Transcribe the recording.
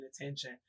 attention